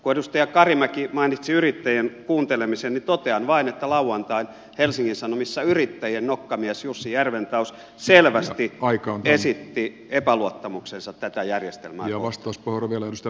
kun edustaja karimäki mainitsi yrittäjien kuuntelemisen niin totean vain että lauantain helsingin sanomissa yrittäjien nokkamies jussi järventaus selvästi esitti epäluottamuksensa tätä järjestelmää kohtaan